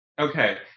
Okay